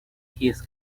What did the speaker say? his